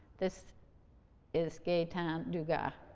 this is gatan dugas.